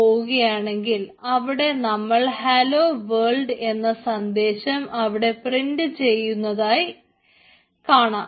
പോവുകയാണെങ്കിൽ അവിടെ നമ്മൾക്ക് ഹലോ വേൾഡ് എന്ന സന്ദേശം അവിടെ പ്രിൻറ് ചെയ്തിരുന്നതായി കാണാം